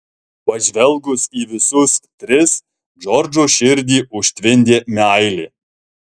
pažvelgus į visus tris džordžo širdį užtvindė meilė